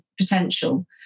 potential